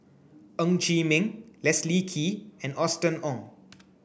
Ng Chee Meng Leslie Kee and Austen Ong